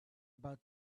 about